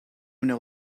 know